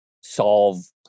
solve